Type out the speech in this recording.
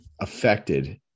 affected